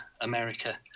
America